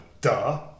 Duh